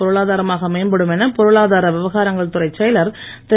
பொருளாதாரமாக மேம்படும் என பொருளாதார விவகாரங்கள் துறை செயலர் திரு